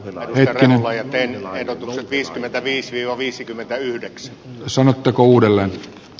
rinnalla joten aika tulee viisikymmentäviisi viisikymmentäyhdeksän osanottokaudelle